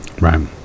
right